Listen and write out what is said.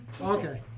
Okay